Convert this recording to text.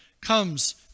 comes